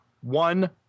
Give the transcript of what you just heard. one